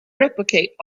replicate